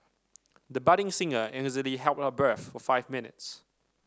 the budding singer easily held her breath for five minutes